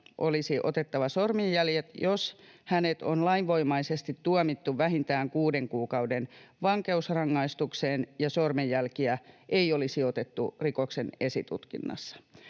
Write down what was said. olisi otettava sormenjäljet, jos hänet on lainvoimaisesti tuomittu vähintään kuuden kuukauden vankeusrangaistukseen ja sormenjälkiä ei olisi otettu rikoksen esitutkinnassa.